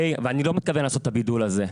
ואני לא מתכוון לעשות את הבידול הזה,